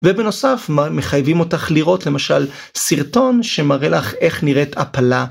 ובנוסף מחייבים אותך לראות למשל סרטון שמראה לך איך נראית הפלה